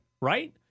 Right